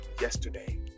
yesterday